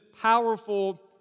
powerful